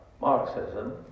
Marxism